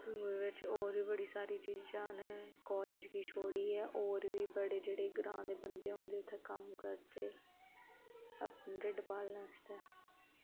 उधमपुर बिच्च होर बी बड़ी सारी चीजां न कालेज गी छोड़ियै होर बी बड़े जेहड़े ग्रांऽ दे बंदे औंदे उत्थैं कम्म करदे अपना टिड्ड पालने आस्तै